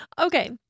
Okay